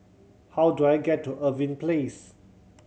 how do I get to Irving Place